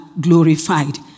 glorified